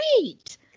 great